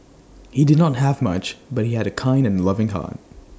he did not have much but he had A kind and loving heart